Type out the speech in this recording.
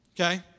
Okay